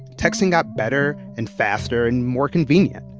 texting got better and faster and more convenient.